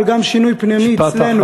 אבל גם שינוי פנימי אצלנו.